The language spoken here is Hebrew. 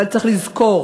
אבל צריך לזכור: